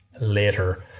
later